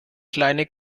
kleine